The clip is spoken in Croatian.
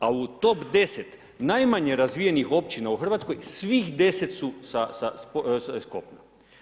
A u top 10 najmanje razvijenih općina u Hrvatskoj, svih 10 su iz kopna.